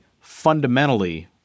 fundamentally-